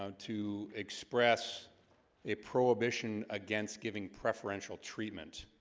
um to express a prohibition against giving preferential treatment